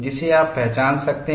जिसे आप पहचान सकते हैं